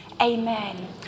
Amen